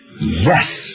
Yes